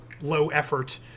low-effort